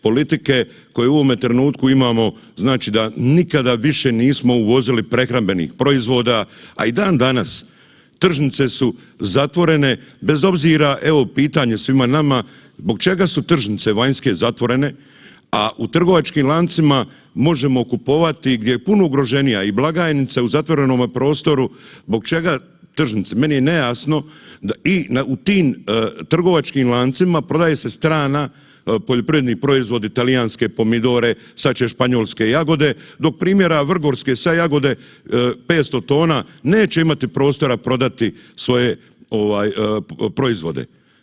Politike koje u ovome trenutku imamo znači da nikada više nismo uvozili prehrambenih proizvoda, a i dan danas tržnice su zatvorene bez obzira, evo pitanje svima nama, zbog čega su tržnice vanjske zatvore, a u trgovačkim lancima možemo kupovati gdje je puno ugroženija i blagajnica u zatvorenome prostoru, zbog čega tržnice, meni je nejasno, i u tim trgovačkim lancima prodaje se strana, poljoprivredni proizvodi talijanske pomidore, sad će španjolske jagode, dok primjera vrgorske sad jagode 500 tona neće imati prostora prodati svoje ove proizvode.